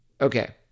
Okay